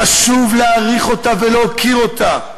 חשוב להעריך אותה ולהוקיר אותה.